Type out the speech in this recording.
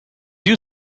you